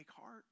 heart